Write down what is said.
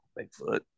Bigfoot